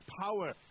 power